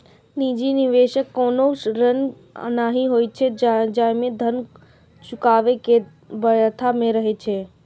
निजी निवेश कोनो ऋण नहि होइ छै, जाहि मे धन चुकाबै के बाध्यता नै रहै छै